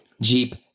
Jeep